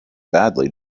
badly